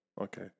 Okay